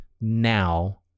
now